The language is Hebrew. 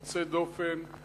יוצא דופן,